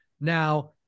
now